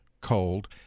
cold